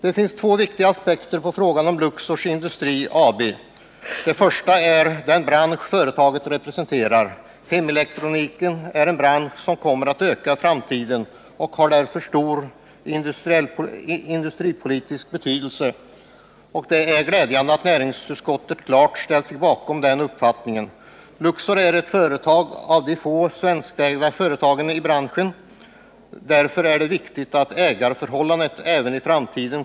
Det finns två viktiga aspekter på frågan om Luxor Industri AB. Den första gäller den bransch företaget representerar. Hemelektroniken är en bransch som kommer att öka i framtiden, och den har därför stor industripolitisk betydelse. Det är också glädjande att näringsutskottet klart ställt sig bakom den uppfattningen. Luxor Industri AB är ett av de få svenskägda företagen i branschen. Därför är det viktigt med svenskt ägande även i framtiden.